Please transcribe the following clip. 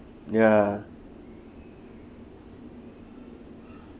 ya